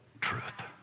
truth